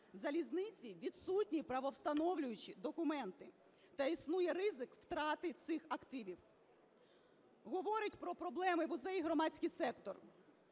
залізниці відсутні правовстановлюючі документи та існує ризик втрати цих активів, говорить про проблеми в УЗ і громадський сектор.